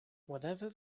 whatever